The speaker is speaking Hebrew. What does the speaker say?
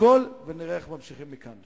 נשקול ונראה איך ממשיכים מכאן.